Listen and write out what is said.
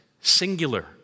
singular